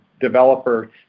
developer